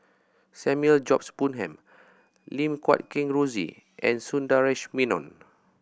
Samuel George Bonham Lim Guat Kheng Rosie and Sundaresh Menon